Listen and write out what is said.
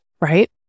right